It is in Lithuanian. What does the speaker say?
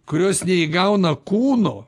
kurios neįgauna kūno